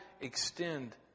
extend